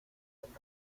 del